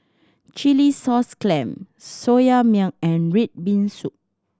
chilli sauce clam Soya Milk and red bean soup